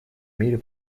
мире